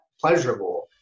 pleasurable